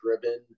driven